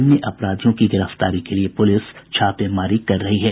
अन्य अपराधियों की गिरफ्तारी के लिये पुलिस छापेमारी कर रही है